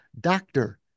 Doctor